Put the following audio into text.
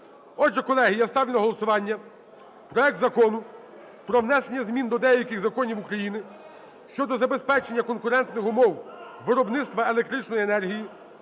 Отже, колеги, я ставлю на голосування проект Закону про внесення змін до деяких законів України щодо забезпечення конкурентних умов виробництва електричної енергії